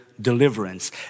deliverance